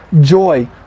joy